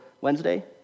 Wednesday